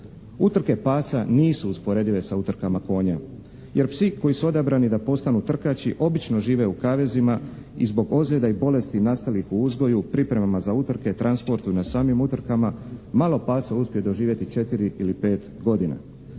Utrke pasa nisu usporedive sa utrkama konja, jer psi koji su odabrani da postanu trkaći obično žive u kavezima i zbog ozljeda i bolesti nastalih u uzgoju, pripremama za utrke, transportu i na samim utrkama, malo pasa uspije doživjeti četiri ili pet godina.